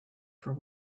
for